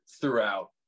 throughout